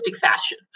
fashion